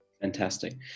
Fantastic